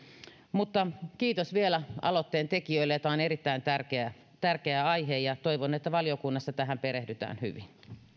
mutta kiitos vielä aloitteen tekijöille tämä on erittäin tärkeä tärkeä aihe ja toivon että valiokunnassa tähän perehdytään hyvin